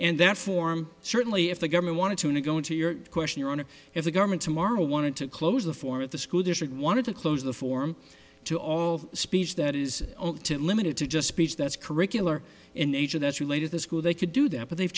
and their form certainly if the governor wanted to nego into your question your honor if the government tomorrow wanted to close the form of the school district wanted to close the form to all speech that is limited to just speech that's curricular in nature that's related to school they could do that but they've